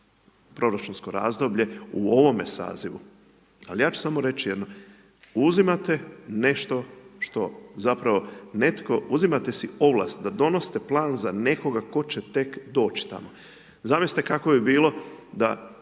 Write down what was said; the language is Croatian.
proračunsko razdoblje u ovome sazivu. Ali, ja ću samo reći jedno, uzimate, nešto što zapravo netko, zapravo uzimate si ovlast, da donosite plan za nekoga tko će tek doći tamo. Zamislite kako bi bilo, da